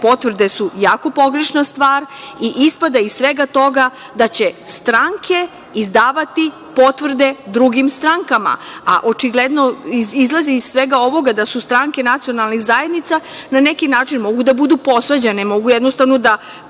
potvrde su jako pogrešna stvar i ispada iz svega toga da će stranke izdavati potvrde drugim strankama, a očigledno izlaze iz svega ovoga da su stranke nacionalnih zajednica na neki način mogu da budu posvađane, mogu jednostavno da